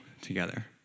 together